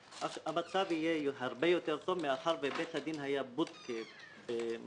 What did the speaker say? המצב יהיה הרבה יותר טוב מאחר שבית הדין היה בודקה במסעדה,